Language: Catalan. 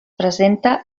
presenta